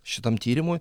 šitam tyrimui